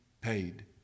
paid